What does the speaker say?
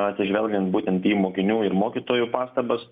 atsižvelgiant būtent į mokinių ir mokytojų pastabas